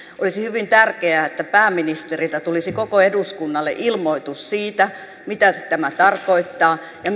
olisi hyvin tärkeää että pääministeriltä tulisi koko eduskunnalle ilmoitus siitä mitä tämä tarkoittaa ja